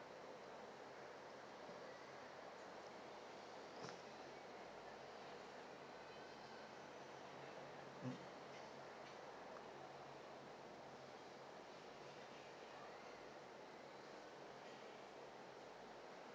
mm